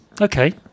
Okay